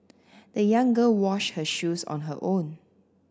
the young girl washed her shoes on her own